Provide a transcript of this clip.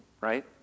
right